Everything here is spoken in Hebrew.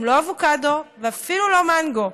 גם לא אבוקדו ואפילו לא מנגו.